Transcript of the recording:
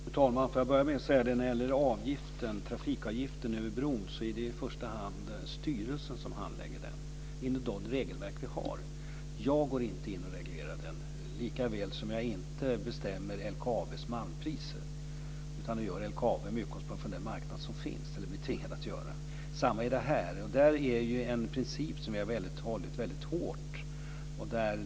Fru talman! Får jag börja med att säga att det i första hand är styrelsen som handlägger trafikavgiften för bron, enligt de regelverk vi har. Jag går inte in och reglerar den, likaväl som jag inte bestämmer LKAB:s malmpriser. Det gör LKAB - eller tvingas att göra det - med utgångspunkt från den marknad som finns. Det är samma här. Det är en princip som vi har hållit hårt på.